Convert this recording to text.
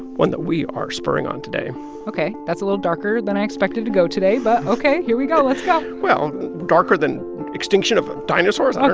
one that we are spurring on today ok. that's a little darker than i expected to go today, but ok. here we go. let's go well, darker than extinction of dinosaurs?